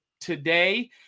today